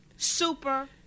Super